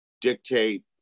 dictate